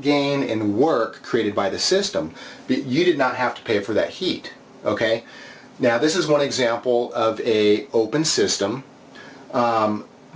gain in work created by the system you did not have to pay for that heat ok now this is one example of a open system